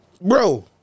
Bro